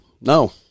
No